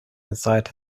inside